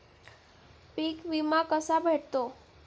पीक विमा कसा भेटतो?